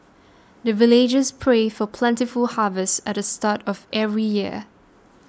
the villagers pray for plentiful harvest at the start of every year